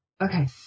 Okay